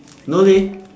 no leh